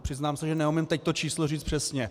Přiznám se, že neumím teď to číslo říct přesně.